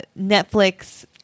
Netflix